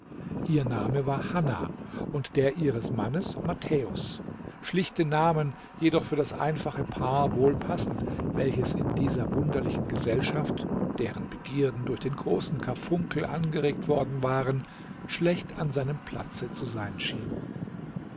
ihr name war hanna und der ihres mannes matthäus schlichte namen jedoch für das einfache paar wohl passend welches in dieser wunderlichen gesellschaft deren begierden durch den großen karfunkel angeregt worden waren schlecht an seinem platze zu sein schien